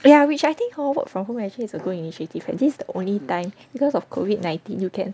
ya which I think hor work from home actually it's a good initiative like this the only time because of COVID nineteen you can